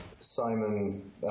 Simon